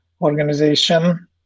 organization